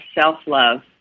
self-love